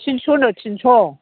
थिनस'नो थिनस'